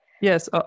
Yes